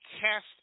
cast